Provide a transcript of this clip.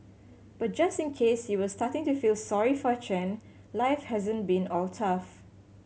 but just in case you were starting to feel sorry for Chen life hasn't been all tough